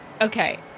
Okay